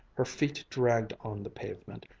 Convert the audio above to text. her feet dragged on the pavement,